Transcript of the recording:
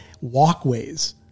walkways